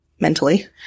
mentally